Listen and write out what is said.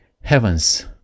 heavens